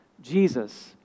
Jesus